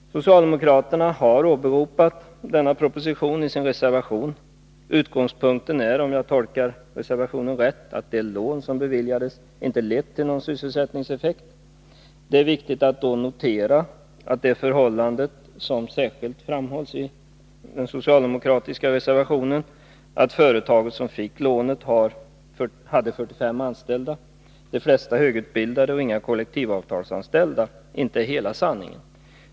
Socialdemokraterna har åberopat denna proposition i sin reservation. Utgångspunkten är, om jag tolkar reservationen rätt, att det lån som beviljades inte lett till någon sysselsättningseffekt. Det är viktigt att notera att det förhållande som särskilt framhållits i den socialdemokratiska reservationen — att det företag som fick lånet hade 45 anställda, de flesta högutbildade och inga kollektivavtalsanställda — inte är hela sanningen.